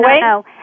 no